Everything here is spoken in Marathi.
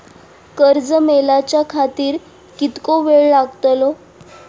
कर्ज मेलाच्या खातिर कीतको वेळ लागतलो?